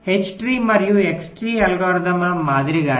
H tree మరియు X tree అల్గోరిథంల మాదిరిగానే